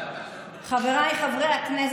חבריי חברי הכנסת,